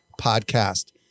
podcast